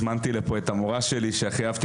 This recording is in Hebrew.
הזמנתי לכאן את המורה שלי שהכי אהבתי